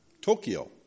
Tokyo